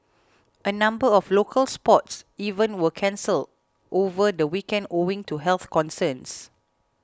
a number of local sports events were cancelled over the weekend owing to health concerns